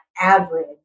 average